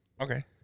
Okay